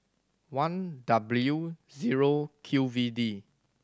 one W zero Q V D